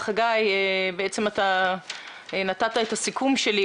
אתה נתת את הסיכום שלי.